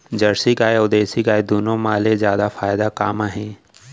Jersey गाय अऊ देसी गाय दूनो मा ले जादा फायदा का मा हे?